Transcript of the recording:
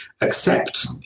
accept